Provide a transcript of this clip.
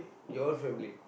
your own family